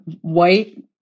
white